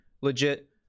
legit